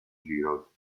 giro